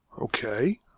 Okay